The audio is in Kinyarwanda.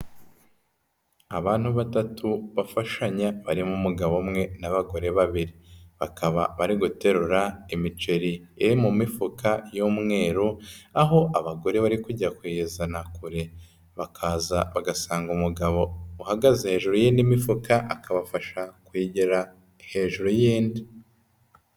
Abantu batatu bafashanya barimo umugabo umwe n'abagore babiri, bakaba bari guterura imiceri iri mu mifuka y'umweru aho abagore bari kujya kuyizana kure bakaza bagasanga umugabo uhagaze hejuru y'indi mifuka akabafasha kwegera hejuru y'indi.